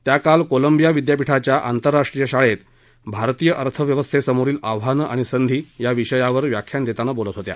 त्या काल कोलंबिया विद्यापीठाच्या आंतरराष्ट्रीय शाळेत भारतीय अर्थव्यवस्थे समोरील आव्हानं आणि संधी या विषयावर व्याख्यान देतांना बोलत होत्या